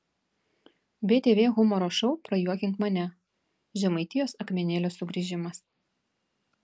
btv humoro šou prajuokink mane žemaitijos akmenėlio sugrįžimas